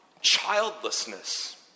Childlessness